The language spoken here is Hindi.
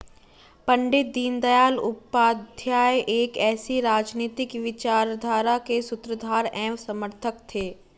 पण्डित दीनदयाल उपाध्याय एक ऐसी राजनीतिक विचारधारा के सूत्रधार एवं समर्थक थे